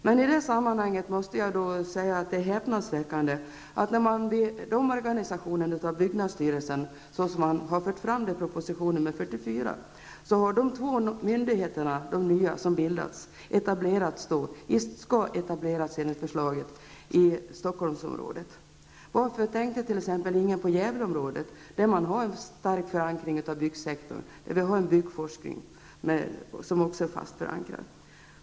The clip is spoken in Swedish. Men i det sammanhanget måste jag säga att det är häpnadsväckande att man i proposition 44 om omorganisationen av byggnadsstyrelsen föreslår att de två nya myndigheter som kommer att bildas skall etableras i Stockholmsområdet. Varför tänker ingen på t.ex. Gävleområdet, där både byggsektorn och byggforskningen har en fast förankring?